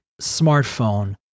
smartphone